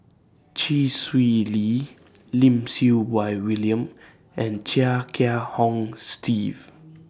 Chee Swee Lee Lim Siew Wai William and Chia Kiah Hong Steve